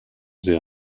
sehr